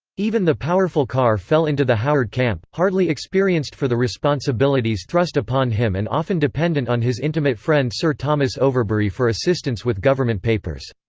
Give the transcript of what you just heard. even the powerful carr fell into the howard camp, hardly experienced for the responsibilities thrust upon him and often dependent on his intimate friend sir thomas overbury for assistance with government papers.